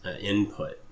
input